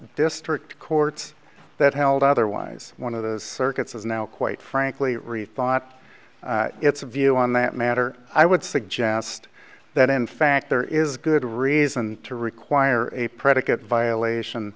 district courts that held otherwise one of those circuits is now quite frankly rethought its view on that matter i would suggest that in fact there is good reason to require a predicate violation